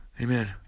Amen